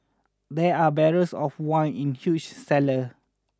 there are barrels of wine in huge cellar